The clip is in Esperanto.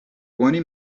oni